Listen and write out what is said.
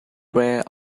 prayer